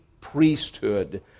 priesthood